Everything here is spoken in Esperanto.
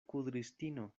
kudristino